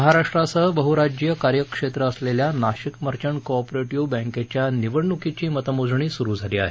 महाराष्ट्रासह बहराज्यीय कार्यक्षेत्र असलेल्या नाशिक मर्चंट को ऑफ बँकेच्या निवडणुकीची मतमोजणी सुरू झाली आहे